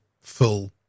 full